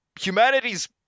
humanity's